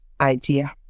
idea